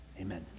Amen